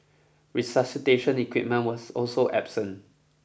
resuscitation equipment was also absent